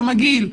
אתה מגעיל,